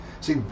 See